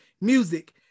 music